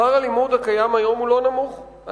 שכר הלימוד הקיים היום הוא לא נמוך,